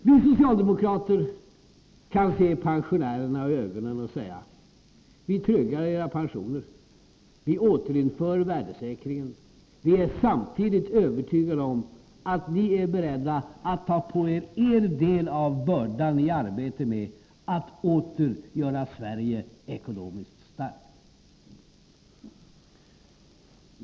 Vi socialdemokrater kan se pensionärerna i ögonen och säga: Vi tryggar era pensioner. Vi återinför värdesäkringen. Vi är samtidigt övertygade om att ni är beredda att ta på er er del av bördan i arbetet med att åter göra Sverige ekonomiskt starkt.